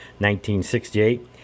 1968